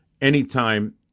Anytime